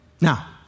now